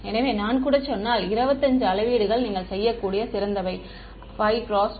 எனவே நான் கூட சொன்னால் 25 அளவீடுகள் நீங்கள் செய்யக்கூடிய சிறந்தவை 5 × 5